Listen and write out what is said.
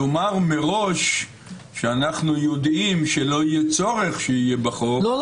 לומר מראש שאנחנו יודעים שלא יהיה צורך שיהיה בחוק --- לא.